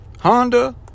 Honda